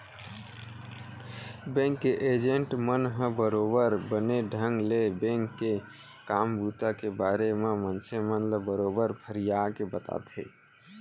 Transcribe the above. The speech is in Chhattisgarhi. बेंक के एजेंट मन ह बरोबर बने ढंग ले बेंक के काम बूता के बारे म मनसे मन ल बरोबर फरियाके बताथे